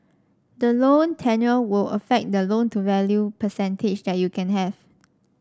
the loan tenure will affect the loan to value percentage that you can have